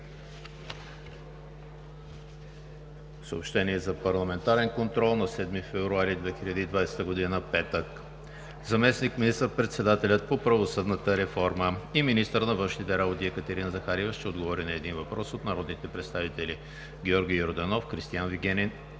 Съобщения за парламентарен контрол на 7 февруари 2020 г., петък: 1. Заместник министър-председателят по правосъдната реформа и министър на външните работи Екатерина Захариева ще отговори на един въпрос от народните представители Георги Йорданов, Кристиан Вигенин